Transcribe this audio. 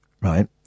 ...right